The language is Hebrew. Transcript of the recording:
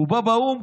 הוא בא לאו"ם,